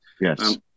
Yes